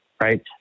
right